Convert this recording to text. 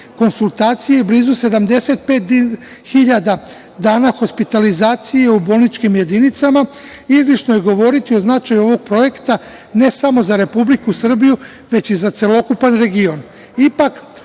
konsultacija i blizu 75.000 dana hospitalizacije u bolničkim jedinicama, izlišno je govoriti o značaju ovog projekta, ne samo za Republiku Srbiju, već i za celokupan region. Ipak,